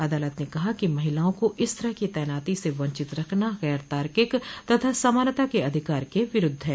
अदालत ने कहा कि महिलाओं को इस तरह की तैनाती से वंचित रखना गैर तार्किक तथा समानता के अधिकार के विरूद्व है